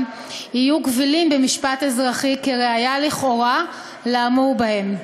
יהיו קבילים במשפט אזרחי כראיה לכאורה לאמור בהם".